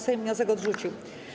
Sejm wnioski odrzucił.